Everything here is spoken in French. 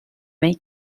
main